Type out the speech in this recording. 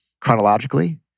chronologically